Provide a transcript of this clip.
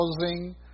housing